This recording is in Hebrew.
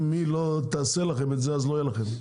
אם היא לא תעשה לכם את זה אז לא יהיה לכם.